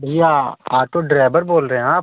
भैया auto driver बोल रहे हैं आप